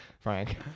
Frank